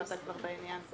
אם אתה כבר בעניין.